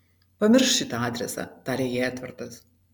pamiršk šitą adresą tarė jai edvardas